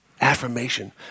affirmation